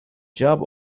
job